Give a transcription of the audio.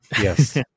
Yes